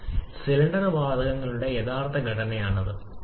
അതിനാൽ വീണ്ടും വിഘടനത്തിന്റെ ഫലം താപനില കുറയ്ക്കുക എന്നതാണ്